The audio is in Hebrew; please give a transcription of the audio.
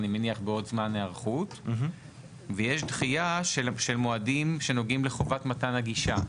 אני מניע בעוד זמן היערכות ויש דחיה של מועדים שנוגעים לחובת מתן הגישה.